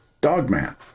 Dogman